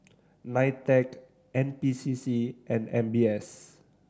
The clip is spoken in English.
NITEC N P C C and M B S